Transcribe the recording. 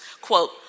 quote